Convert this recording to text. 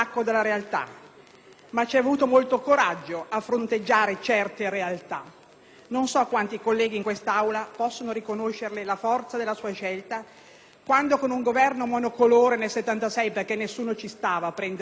Ma c'è voluto molto coraggio a fronteggiare certe realtà! Non so quanti colleghi in quest'Aula possono riconoscerle la forza della sua scelta quando con un Governo monocolore nel 1976, perché nessuno ci stava ad accolarsi quella grana,